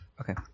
Okay